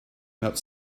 about